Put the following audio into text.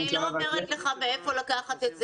אני לא אומרת לך מאיפה לקחת את זה,